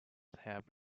help